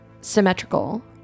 symmetrical